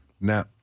Now